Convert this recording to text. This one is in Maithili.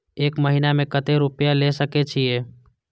एक महीना में केते रूपया ले सके छिए?